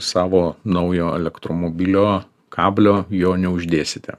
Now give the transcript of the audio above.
savo naujo elektromobilio kablio jo neuždėsite